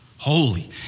Holy